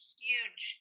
huge